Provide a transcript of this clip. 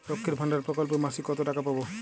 লক্ষ্মীর ভান্ডার প্রকল্পে মাসিক কত টাকা পাব?